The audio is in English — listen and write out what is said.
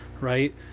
right